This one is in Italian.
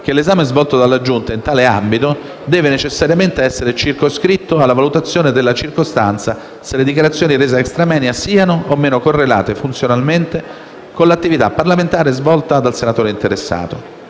che l'esame svolto dalla Giunta in tale ambito deve necessariamente essere circoscritto alla valutazione della circostanza se le dichiarazioni rese *extra moenia* siano o no correlate funzionalmente con l'attività parlamentare svolta dal senatore interessato.